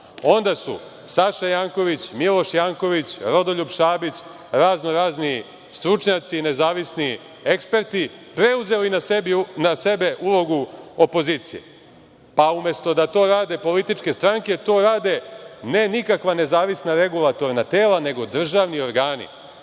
Onda su Saša Janković, Miloš Janković, Rodoljub Šabić, raznorazni stručnjaci i nezavisni eksperti preuzeli na sebe ulogu opozicije, pa umesto da to rade političke stranke, to rade, ne nikakva nezavisna regulatorna tela, nego državni organi. Saša